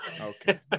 Okay